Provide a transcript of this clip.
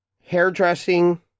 hairdressing